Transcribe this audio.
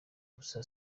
gusa